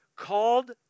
called